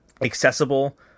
accessible –